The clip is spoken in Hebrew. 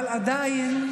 אבל עדיין,